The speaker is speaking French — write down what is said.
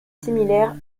similaire